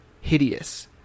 hideous